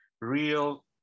real